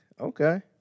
Okay